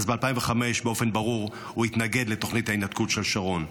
אז ב-2005 באופן ברור הוא התנגד לתוכנית ההתנתקות של שרון.